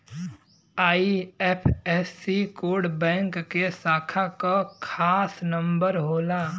IFSC code bank के शाखा क खास नंबर होला